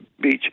beach